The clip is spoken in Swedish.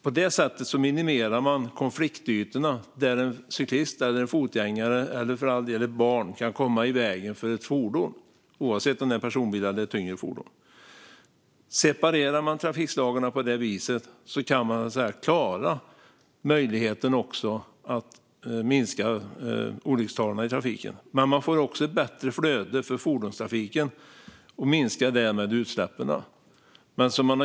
På det sättet minimerar man konfliktytorna där en cyklist, en fotgängare eller för all del ett barn kan komma i vägen för ett fordon, oavsett om det är en personbil eller ett tyngre fordon. Separerar man trafikslagen på det viset har man också möjlighet att minska olyckstalen i trafiken, men man får också ett bättre flöde för fordonstrafiken och minskar därmed utsläppen.